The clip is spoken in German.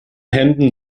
hemden